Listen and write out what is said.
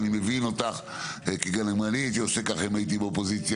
ואני מבין אותך כי גם אני הייתי עושה ככה אם אני הייתי באופוזיציה,